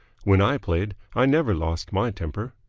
when i played, i never lost my temper.